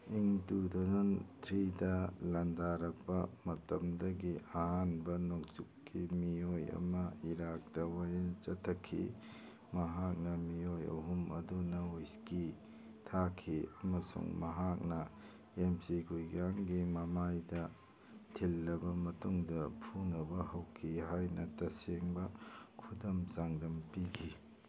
ꯏꯪ two thousand ꯊ꯭ꯔꯤꯗ ꯂꯟꯗꯥꯔꯛꯄ ꯃꯇꯝꯗꯒꯤ ꯑꯍꯥꯟꯕ ꯅꯣꯡꯆꯨꯞꯀꯤ ꯃꯤꯑꯣꯏ ꯑꯃ ꯏꯔꯥꯛꯇ ꯋꯥꯌꯦꯜ ꯆꯠꯊꯈꯤ ꯃꯍꯥꯛꯅ ꯃꯤꯑꯣꯏ ꯑꯍꯨꯝ ꯑꯗꯨꯅ ꯋꯤꯁꯀꯤ ꯊꯥꯈꯤ ꯑꯃꯁꯨꯡ ꯃꯍꯥꯛꯅ ꯑꯦꯝ ꯁꯤ ꯒꯨꯏꯒꯥꯟꯒꯤ ꯃꯃꯥꯏꯗ ꯊꯤꯜꯂꯕ ꯃꯇꯨꯡꯗ ꯐꯨꯅꯕ ꯍꯧꯈꯤ ꯍꯥꯏꯅ ꯇꯁꯦꯡꯕ ꯈꯨꯗꯝ ꯆꯥꯡꯗꯝ ꯄꯤꯈꯤ